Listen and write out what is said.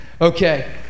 Okay